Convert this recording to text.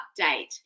update